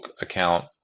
account